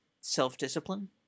self-discipline